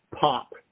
pop